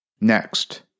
Next